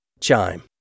Chime